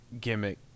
gimmick